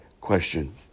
question